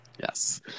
Yes